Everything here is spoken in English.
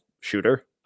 shooter